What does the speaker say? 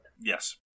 Yes